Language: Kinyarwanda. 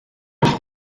mfite